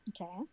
Okay